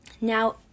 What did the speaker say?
Now